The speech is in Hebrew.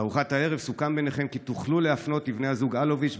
בארוחת הערב סוכם ביניכם כי תוכלו להפנות לבני הזוג אלוביץ',